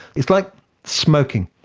it's like smoking.